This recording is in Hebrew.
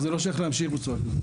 זה לא ניתן להמשיך בצורה כזאת.